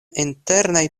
internaj